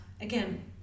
again